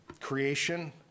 creation